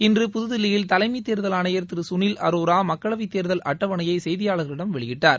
இன்று புதுதில்லியில் தலைமைத் தேர்தல் ஆணையர் திரு சுனில் அரோரா மக்களவைத் தேர்தல் அட்டவணையை செய்தியாளர்களிடம் வெளியிட்டார்